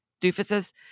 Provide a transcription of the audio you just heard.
doofuses